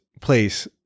place